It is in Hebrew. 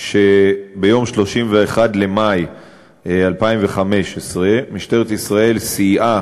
שביום 31 במאי 2015 משטרת ישראל סייעה,